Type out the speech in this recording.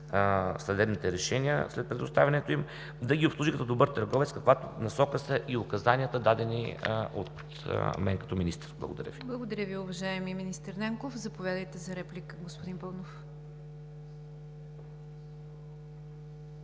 след предоставянето им, да ги обслужи като добър търговец, в каквато насока са и указанията, дадени от мен като министър. Благодаря Ви. ПРЕДСЕДАТЕЛ НИГЯР ДЖАФЕР: Благодаря Ви, уважаеми министър Нанков. Заповядайте за реплика, господин Паунов.